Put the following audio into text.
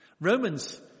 Romans